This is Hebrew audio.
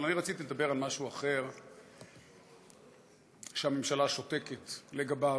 אבל אני רציתי לדבר על משהו אחר שהממשלה שותקת לגביו,